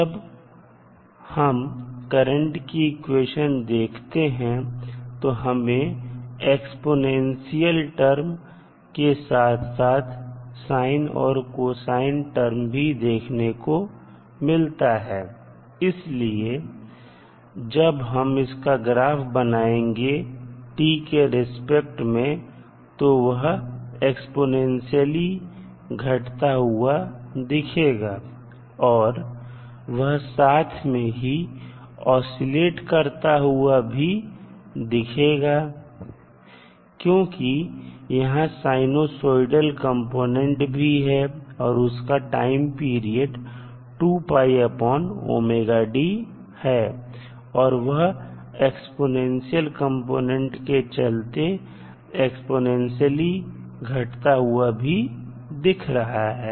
जब हम करंट की इक्वेशन देखते हैं तो हमें एक्स्पोनेंशियल टर्म के साथ साथ साइन और कोसाइन टर्म भी देखने को मिलता है इसलिए जब हम इसका ग्राफ बनाएंगे t के रिस्पेक्ट में तो वह एक्स्पोनेंशियलई घटता हुआ दिखेगा और वह साथ में ही औसीलेट करता हुआ भी दिखेगा क्योंकि यहां साइनोसोएडल कंपोनेंट भी है और उसका टाइम पीरियड है और वह एक्स्पोनेंशियल कंपोनेंट के चलते एक्स्पोनेंशियलई घटता हुआ भी दिख रहा है